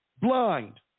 Blind